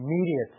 immediate